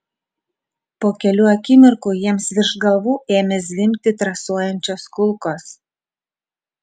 po kelių akimirkų jiems virš galvų ėmė zvimbti trasuojančios kulkos